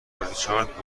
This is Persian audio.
ریچارد